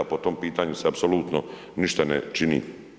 Po tom pitanju se apsolutno ništa ne čini.